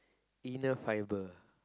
inner fibre